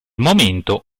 momento